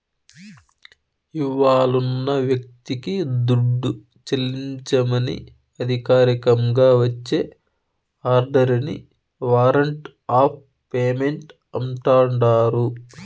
ఇవ్వాలున్న వ్యక్తికి దుడ్డు చెల్లించమని అధికారికంగా వచ్చే ఆర్డరిని వారంట్ ఆఫ్ పేమెంటు అంటాండారు